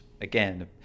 Again